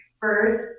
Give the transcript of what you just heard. first